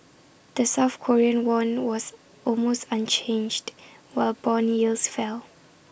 the south Korean won was almost unchanged while Bond yields fell